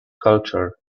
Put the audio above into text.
culture